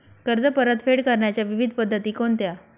कर्ज परतफेड करण्याच्या विविध पद्धती कोणत्या?